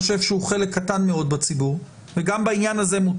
דרכון ירוק צריך